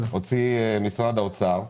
משרד האוצר הוציא.